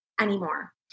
anymore